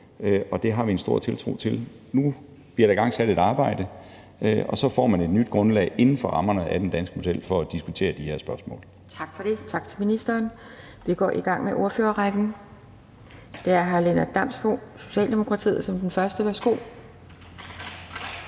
Det har vi en stor tiltro til. Nu bliver der igangsat et arbejde, og så får man et nyt grundlag inden for rammerne af den danske model for at diskutere de her spørgsmål. Kl. 18:31 Anden næstformand (Pia Kjærsgaard): Tak for det, tak til ministeren. Vi går i gang med ordførerrækken, og det er hr. Lennart Damsbo-Andersen, Socialdemokratiet, som er den første. Værsgo.